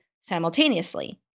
simultaneously